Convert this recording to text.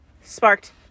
sparked